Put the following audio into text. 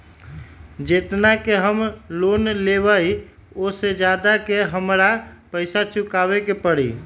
जेतना के हम लोन लेबई ओ से ज्यादा के हमरा पैसा चुकाबे के परी?